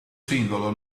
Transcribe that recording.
singolo